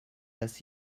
das